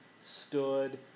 stood